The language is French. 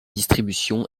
distribution